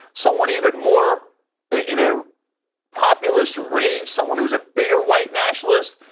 someone even more in a populist rage, someone who is a bigger white nationalist?